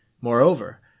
Moreover